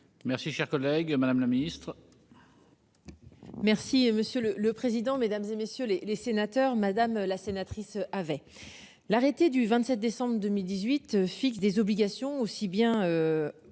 Merci cher collègue. Madame la Ministre. Merci monsieur le le président, mesdames, et messieurs les sénateurs, madame la sénatrice avait l'arrêté du 27 décembre 2018, fixe des obligations aussi bien.